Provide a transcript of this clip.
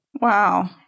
Wow